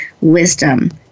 wisdom